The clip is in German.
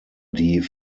die